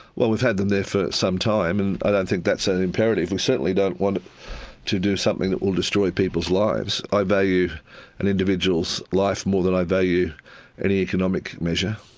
well, we've had them there for some time and i don't think that's an imperative. we certainly don't want to do something that will destroy people's lives. i value an individual's life more than i value any economic measure.